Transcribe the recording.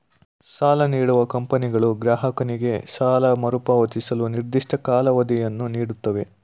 ಸಾಲ ನೀಡುವ ಕಂಪನಿಗಳು ಗ್ರಾಹಕನಿಗೆ ಸಾಲ ಮರುಪಾವತಿಸಲು ನಿರ್ದಿಷ್ಟ ಕಾಲಾವಧಿಯನ್ನು ನೀಡುತ್ತವೆ